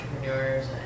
entrepreneurs